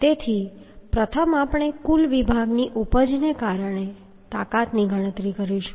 તેથી પ્રથમ આપણે કુલ વિભાગની ઉપજને કારણે તાકાતની ગણતરી કરીશું